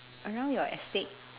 around your estate